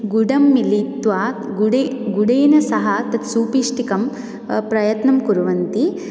गुडं मिलित्वा गुडे गुडेन सह तत् सुपिष्टिकं प्रयत्नं कुर्वन्ति